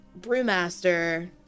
brewmaster